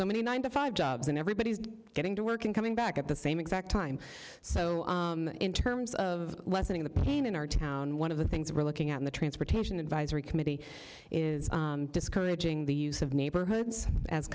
so many nine to five jobs and everybody is getting to work and coming back at the same exact time so in terms of lessening the pain in our town one of the things we're looking at in the transportation advisory committee is discouraging the use of neighborhoods as